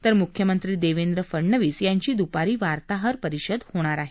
तर मुख्यमंत्री देवेंद्र फडनवीस यांची द्पारी वार्ताहर परिषद होणार आहे